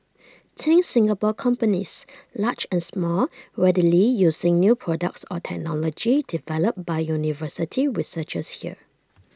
think Singapore companies large and small readily using new products or technology developed by university researchers here